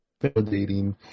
validating